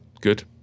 Good